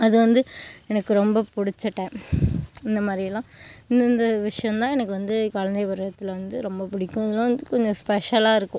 அது வந்து எனக்கு ரொம்ப பிடிச்ச டைம் இந்த மாதிரியலாம் இந்தந்த விஷயம்தான் எனக்கு வந்து குழந்தை பருவத்தில் வந்து ரொம்ப பிடிக்கும் இதெலாம் வந்து கொஞ்சம் ஸ்பெஷலாக இருக்கும்